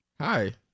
Hi